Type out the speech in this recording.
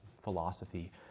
philosophy